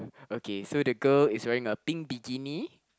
okay so the girl is wearing a pink bikini